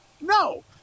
No